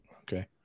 Okay